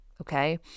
Okay